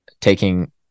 taking